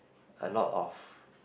a lot of